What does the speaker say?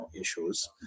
issues